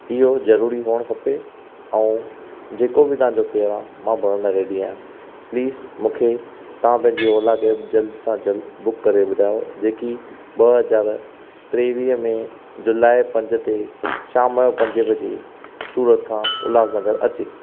इहो ज़रूरी हुअणु खपे ऐं जेको बि तव्हांजो फेअर आहे मां भरण लाइ रेडी आहियां प्लीस मूंखे तव्हां पंहिंजी ओला कैब जल्द सां जल्द बुक करे ॿुधायो जेकी ॿ हज़ार टेवीह में जुलाई पंज ते शाम जो पंजे बजे सूरत खां उल्हासनगर अचे